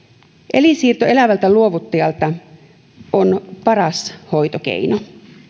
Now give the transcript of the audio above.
elinsiirto elävältä luovuttajalta on paras hoitokeino